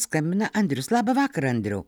skambina andrius labą vakarą andriau